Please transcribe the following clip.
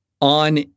on